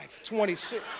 26